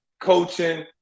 coaching